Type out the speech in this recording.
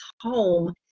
home